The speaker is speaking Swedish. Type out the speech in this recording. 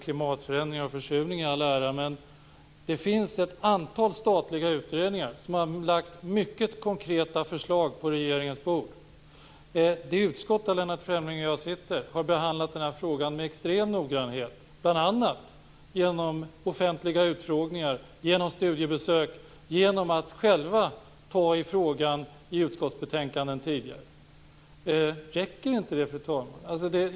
Klimatförändringar och försurning i all ära, men det finns ett antal statliga utredningar som har lagt fram mycket konkreta förslag på regeringens bord. Det utskott som Lennart Fremling och jag sitter i har behandlat denna fråga med extrem noggrannhet, bl.a. genom offentliga utfrågningar, genom studiebesök och genom att själva ta i frågan i utskottsbetänkanden tidigare. Räcker inte det?